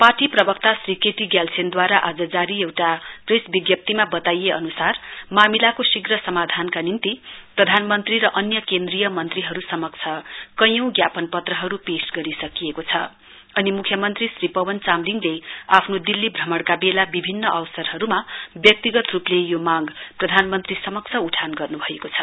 party प्वक्ता Shri KT ग्याल्छेनद्वारा आज जारी एउटा प्रेस विज्ञप्तीमा बताइए अनुसार मामिलाको शीघ्र समाधानका निम्ति प्रधानमन्त्री र अन्य केन्द्रीय मन्त्रीहरु कैयौं गरिसकिएको समक्ष जापनपत्रहरु पेश छ अनि मुख्यमन्त्री श्री पवन चामलिङले आफ्नो दिल्ली श्रमणका वेला विभिन्न अवसरहरुमा व्यक्तिगत रुपले यो मांग प्रधानमन्त्री समक्ष उठान गर्न्भएको छ